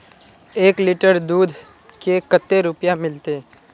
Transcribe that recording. एक लीटर दूध के कते रुपया मिलते?